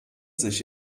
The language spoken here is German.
sich